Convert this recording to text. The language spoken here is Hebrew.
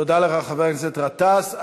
תודה לך, חבר הכנסת גטאס.